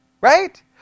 right